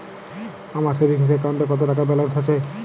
আমার সেভিংস অ্যাকাউন্টে কত টাকা ব্যালেন্স আছে?